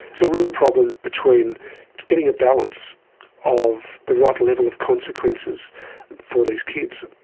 so real problem between getting a balance of the right level of consequences for these kids.